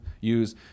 Use